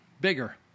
bigger